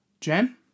Jen